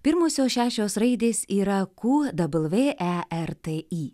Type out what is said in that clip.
pirmosios šešios raidės yra ku dabl vė e r t i